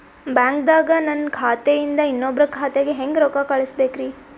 ಬ್ಯಾಂಕ್ದಾಗ ನನ್ ಖಾತೆ ಇಂದ ಇನ್ನೊಬ್ರ ಖಾತೆಗೆ ಹೆಂಗ್ ರೊಕ್ಕ ಕಳಸಬೇಕ್ರಿ?